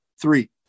Three